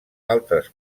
altres